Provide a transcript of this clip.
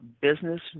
Business